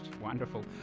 wonderful